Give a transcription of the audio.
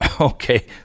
okay